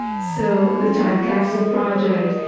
so the time capsule project,